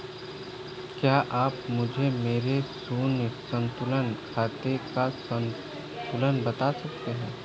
क्या आप मुझे मेरे शून्य संतुलन खाते का संतुलन बता सकते हैं?